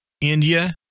India